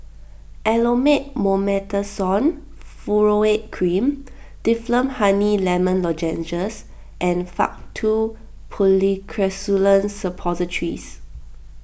Elomet Mometasone Furoate Cream Difflam Honey Lemon Lozenges and Faktu Policresulen Suppositories